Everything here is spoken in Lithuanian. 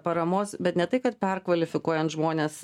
paramos bet ne tai kad perkvalifikuojant žmones